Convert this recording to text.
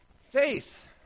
Faith